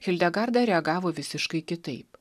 hildegarda reagavo visiškai kitaip